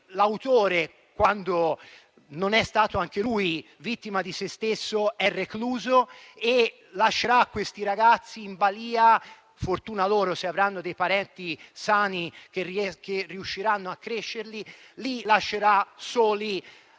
l'autore, quando non è stato anche lui vittima di se stesso, è recluso e lascerà quei ragazzi - fortuna loro se avranno dei parenti sani che riusciranno a crescerli - soli